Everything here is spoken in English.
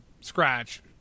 scratch